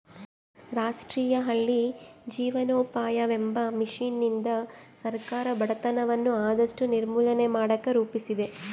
ರಾಷ್ಟ್ರೀಯ ಹಳ್ಳಿ ಜೀವನೋಪಾಯವೆಂಬ ಮಿಷನ್ನಿಂದ ಸರ್ಕಾರ ಬಡತನವನ್ನ ಆದಷ್ಟು ನಿರ್ಮೂಲನೆ ಮಾಡಕ ರೂಪಿಸಿದೆ